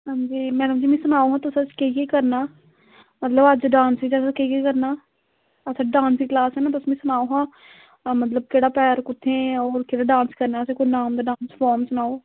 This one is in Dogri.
अंजी मैडम जी मिगी सनाओ आं केह् केह् करना मतलब असें डांस च केह् केह् करना अच्छा डांस दी क्लॉस ना तुस मिगी सनाओ आं कि मतलब केह्ड़ा पैर कुत्थै होग ते केह्ड़ा डांस करना असें कोई डांस दा नाम सनाओ